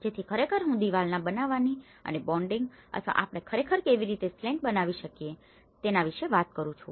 જેથી ખરેખર હું દિવાલના બનાવાની અને બોન્ડિંગ અથવા આપણે ખરેખર કેવી રીતે સ્લેંટ બનાવી શકીએ તેના વિશે વાત કરી રહ્યો છુ